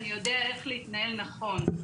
אני יודע איך להתנהל נכון.